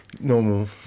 normal